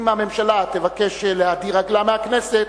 אם הממשלה תבקש להדיר רגלה מהכנסת,